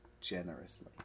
generously